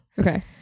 okay